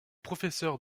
professeur